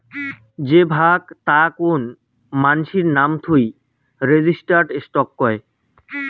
যে ভাগ তা কোন মানাসির নাম থুই রেজিস্টার্ড স্টক কয়